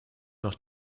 noch